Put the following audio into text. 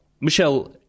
Michelle